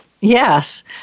Yes